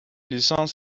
lisans